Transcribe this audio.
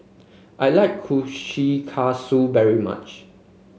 I like Kushikatsu very much